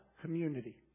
community